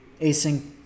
async